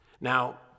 Now